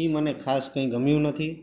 એ મને ખાસ કંઈ ગમ્યું નથી